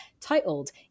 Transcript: titled